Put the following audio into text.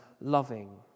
loving